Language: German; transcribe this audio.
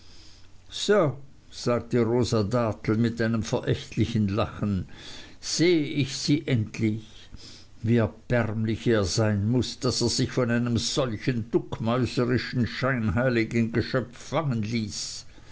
so sagte rosa dartle mit einem verächtlichen lachen sehe ich sie endlich wie erbärmlich er sein muß daß er sich von einem solchen duckmäuserischen scheinheiligen geschöpf fangen ließ